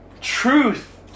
truth